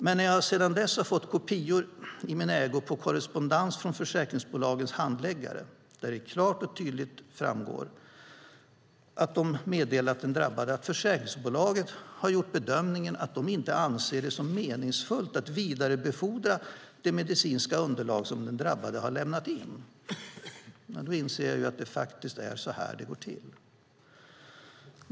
Men när jag sedan har fått kopior i min ägo på korrespondens från försäkringsbolagens handläggare där det klart och tydligt framgår att de meddelat den drabbade att försäkringsbolaget har gjort bedömningen att de inte anser det som meningsfullt att vidarebefordra det medicinska underlag som den drabbade lämnat in, inser jag att det faktiskt är så det går till.